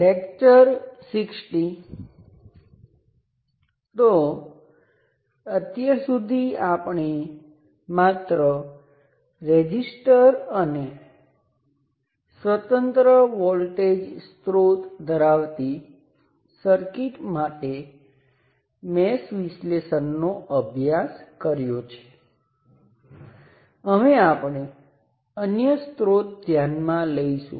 આગળનો થિયર્મ હું જે લઈશ તે સર્કિટના ઉકેલ સાથે સંબંધિત છે જેમાં ચોક્કસ રીતે વોલ્ટેજ સ્ત્રોત છે હવે તેનો ઉપયોગ તરત જ સ્પષ્ટ થઈ શકશે નહીં પરંતુ પછીથી ઘણીવાર તમે આ થિયર્મનો ઉપયોગ કરીને ચોક્કસ પ્રકારની સર્કિટનાં ગુણધર્મોને સરળતાથી સમજી શકશો